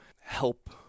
help